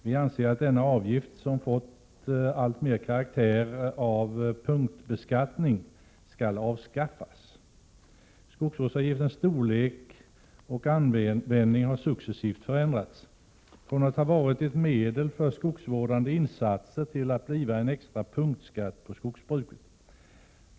Vi anser att denna avgift, som alltmer fått karaktär av punktbeskattning, skall avskaffas. Skogsvårdsavgiftens storlek och användning har successivt förändrats från att ha varit ett medel för skogsvårdande insatser till att bli en extra punktskatt på skogsbruket.